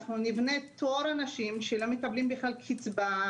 אנחנו נבנה תור אנשים שלא מקבלים בכלל קיצבה,